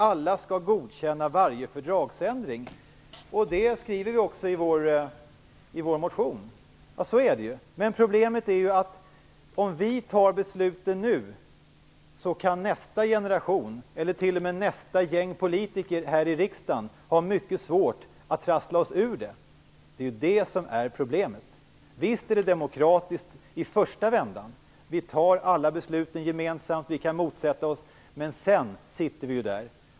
Alla skall godkänna varje fördragsändring. Vi skriver också i vår motion att det är så. Men problemet är ju att om vi fattar beslut nu kan nästa generation eller t.o.m. nästa gäng politiker här i riskdagen få mycket svårt att trassla sig ur det. Det är det som är problemet. Visst är det demokratiskt i första vändan. Vi fattar alla beslut gemensamt och vi kan motsätta oss beslut. Men sedan sitter vi där.